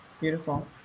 Beautiful